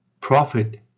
Profit